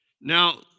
now